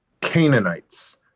Canaanites